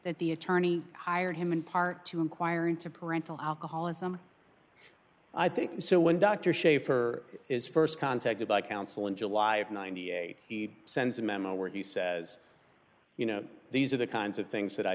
that the attorney hired him in part to inquire into parental alcoholism i think so when dr shafer is st contacted by counsel in july of ninety eight he sends a memo where he says you know these are the kinds of things that i